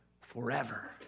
forever